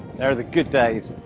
there are the good days,